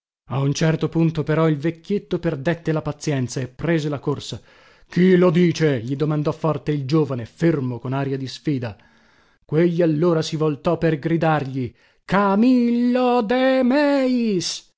a un certo punto però il vecchietto perdette la pazienza e prese la corsa chi lo dice gli domandò forte il giovane fermo con aria di sfida quegli allora si voltò per gridargli camillo de